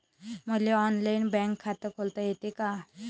मले online bank खात खोलता येते का?